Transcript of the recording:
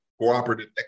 cooperative